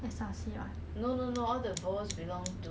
mm